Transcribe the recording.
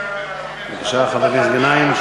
בבקשה, חבר הכנסת גנאים.